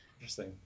Interesting